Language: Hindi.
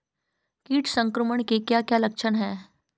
कीट संक्रमण के क्या क्या लक्षण हैं?